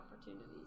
opportunities